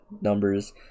numbers